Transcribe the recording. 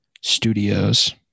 studios